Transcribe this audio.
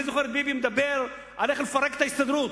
אני זוכר את ביבי מדבר על איך לפרק את ההסתדרות.